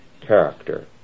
character